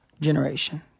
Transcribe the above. generation